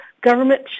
government